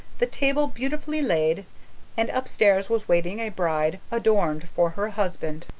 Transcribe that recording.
the table beautifully laid and upstairs was waiting a bride, adorned for her husband.